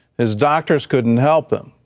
his doctors couldn't help him.